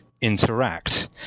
interact